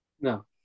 No